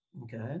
Okay